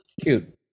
Cute